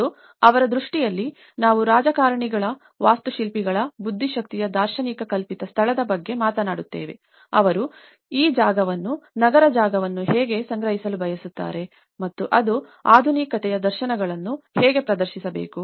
ಮತ್ತು ಅವರ ದೃಷ್ಟಿಯಲ್ಲಿ ನಾವು ರಾಜಕಾರಣಿಗಳ ವಾಸ್ತುಶಿಲ್ಪಿಗಳ ಬುದ್ಧಿಶಕ್ತಿಯ ದಾರ್ಶನಿಕರ ಕಲ್ಪಿತ ಸ್ಥಳದ ಬಗ್ಗೆ ಮಾತನಾಡುತ್ತೇವೆ ಅವರು ಈ ಜಾಗವನ್ನು ನಗರ ಜಾಗವನ್ನು ಹೇಗೆ ಗ್ರಹಿಸಲು ಬಯಸುತ್ತಾರೆ ಮತ್ತು ಅದು ಆಧುನಿಕತೆಯ ದರ್ಶನಗಳನ್ನು ಹೇಗೆ ಪ್ರದರ್ಶಿಸಬೇಕು